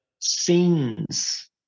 scenes